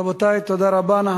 רבותי, תודה רבה.